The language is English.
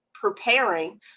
preparing